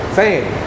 fame